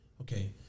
okay